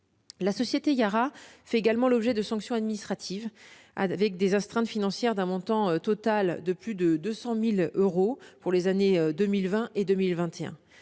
La société Yara fait également l'objet de sanctions administratives, avec des astreintes financières d'un montant total de plus de 200 000 euros pour les années 2020 et 2021.